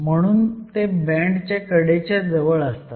म्हणून ते बँडच्या कडेच्या जवळ असतात